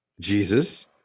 jesus